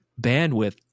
bandwidth